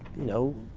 know,